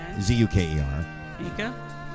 z-u-k-e-r